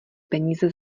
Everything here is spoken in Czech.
peníze